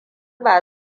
ba